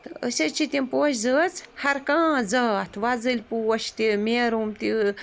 تہٕ أسۍ حظ چھِ تِم پوشہٕ زٲژ ہر کانٛہہ زاتھ وزٕلۍ پوش تہِ مٮ۪روٗم تہِ